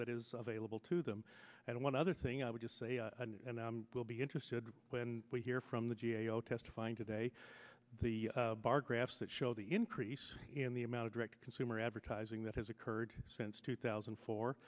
that is available to them and one other thing i would just say and i will be interested when we hear from the g a o testifying today the bar graphs that show the increase in the amount of direct consumer advertising that has occurred since two thousand